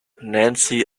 nancy